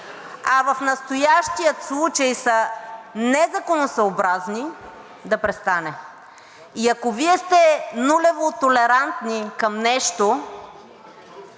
а в настоящия случай са незаконосъобразни – да престане. И ако Вие сте нулево толерантни към нещо